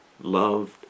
loved